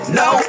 no